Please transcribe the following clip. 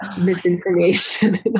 misinformation